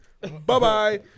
Bye-bye